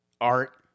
art